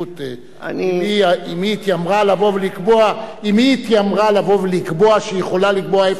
אם היא התיימרה לבוא ולקבוע שהיא יכולה לקבוע איפה ההתיישבות,